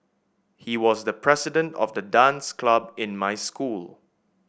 he was the president of the dance club in my school